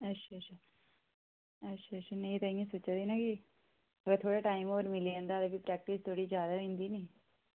अच्छा अच्छा अच्छा अच्छा नेई ते इ'यां सोचा दे आं ना कि थोह्ड़ा टाइम होर मिली जंदा ते प्रैक्टिस थोह्ड़ी ज्यादा होई जंदी नी